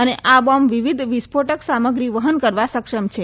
અને આ બોમ્બ વિવિધ વિસ્ફોટક સામગ્રી વહન કરવા સક્ષમ છે